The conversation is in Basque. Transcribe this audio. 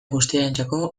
guztiarentzako